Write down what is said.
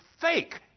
fake